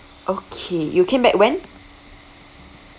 okay you came back when